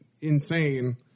insane